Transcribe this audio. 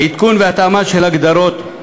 עדכון והתאמה של הגדרות,